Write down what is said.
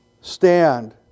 stand